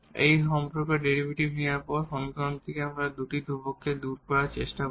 এই সম্পর্কের ডেরিভেটিভ নেওয়ার পর সমীকরণ থেকে এই দুটি ধ্রুবককে দূর করার চেষ্টা করি